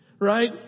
Right